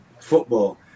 football